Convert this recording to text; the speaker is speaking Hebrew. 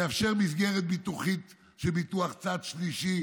יאפשר מסגרת ביטוחית של ביטוח צד שלישי,